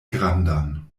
grandan